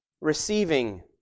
Receiving